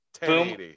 Boom